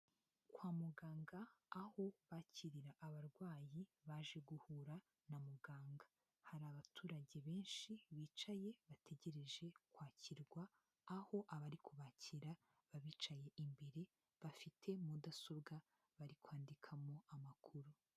Kwa muganga aho bakirira abarwayi baje guhura na muganga, hari abaturage benshi bicaye bategereje kwakirwa, aho abari kubakira babicaye imbere bafite mudasobwa bari kwandikamo amakuru.